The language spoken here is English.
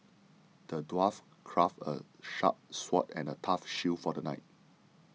the dwarf crafted a sharp sword and a tough shield for the knight